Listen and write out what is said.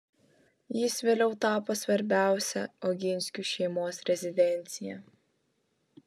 jis vėliau tapo svarbiausia oginskių šeimos rezidencija